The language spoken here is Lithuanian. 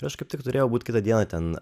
ir aš kaip tik turėjau būt kitą dieną ten